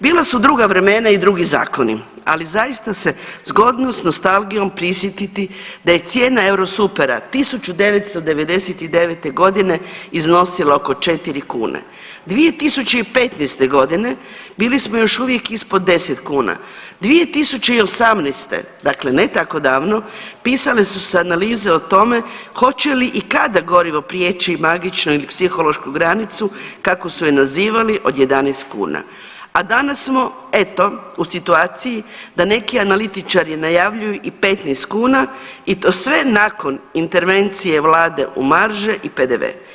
Bila su druga vremena i drugi zakoni, ali zaista se zgodno s nostalgijom prisjetiti da je cijena eurosupera 1999.g. iznosila oko 4 kune, 2015.g. bili smo još uvijek ispod 10 kuna, 2018., dakle ne tako davno pisale su se analize o tome hoće li i kada gorivo prijeći magičnu ili psihološku granicu, kako su je nazivali, od 11 kuna, a danas smo eto u situaciji da neki analitičari najavljuju i 15 kuna i to sve nakon intervencije vlade u marže i PDV.